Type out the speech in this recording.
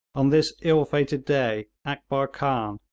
on this ill-fated day akbar khan,